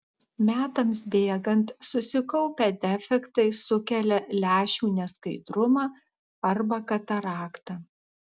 metams bėgant susikaupę defektai sukelia lęšių neskaidrumą arba kataraktą